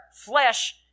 flesh